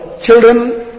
children